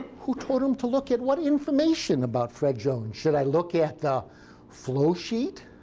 who told him to look at what information about fred jones? should i look at the flow sheet?